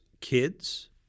kids